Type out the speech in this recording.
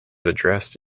addressed